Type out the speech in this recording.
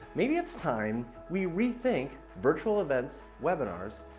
maybe it's time we rethink virtual events, webinars,